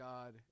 God